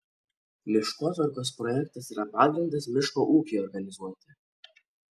miškotvarkos projektas yra pagrindas miško ūkiui organizuoti